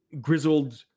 grizzled